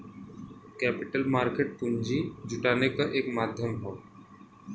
capital market पूंजी जुटाने क एक माध्यम हौ